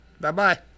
Bye-bye